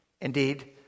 Indeed